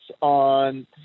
on